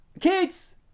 Kids